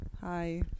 Hi